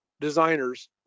designers